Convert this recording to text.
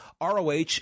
ROH